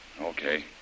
Okay